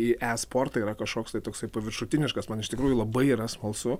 į esportą yra kažkoks tai toksai paviršutiniškas man iš tikrųjų labai yra smalsu